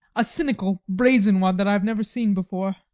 a cynical, brazen one that i have never seen before.